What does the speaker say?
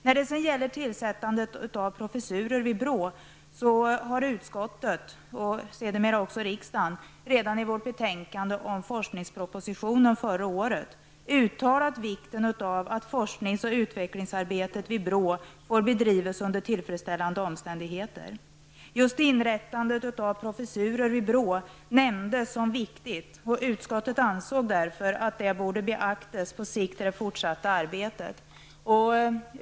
När det gäller tillsättandet av professur vid BRÅ har utskottet och sedermera även riksdagen redan i betänkandet om forskningspropositionen förra året uttalat vikten av att forsknings och utvecklingsarbetet vid BRÅ får bedrivas under tillfredsställande omständigheter. Just inrättandet av professurer vid BRÅ nämndes som viktigt. Utskottet ansåg därför att det borde beaktas på sikt i det fortsatta arbetet.